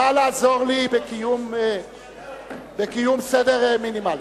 נא לעזור לי בקיום סדר מינימלי.